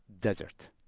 desert